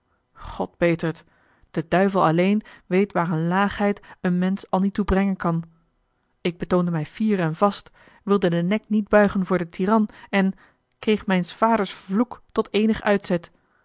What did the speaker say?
geworden god beter't de duivel alleen weet waar eene laagheid een mensch al niet toe brengen kan ik betoonde mij fier en vast wilde den nek niet buigen voor den tyran en kreeg mijns vaders vloek tot eenig uitzet